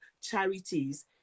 charities